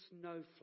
snowflake